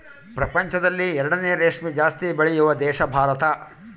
ಪ್ರಪಂಚದಲ್ಲಿ ಎರಡನೇ ರೇಷ್ಮೆ ಜಾಸ್ತಿ ಬೆಳೆಯುವ ದೇಶ ಭಾರತ